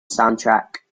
soundtrack